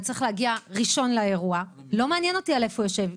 וצריך להגיע ראשון לאירוע - לא מעניין אותי איפה הוא יושב,